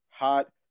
Hot